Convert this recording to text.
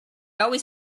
always